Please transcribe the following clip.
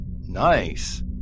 Nice